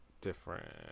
different